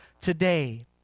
today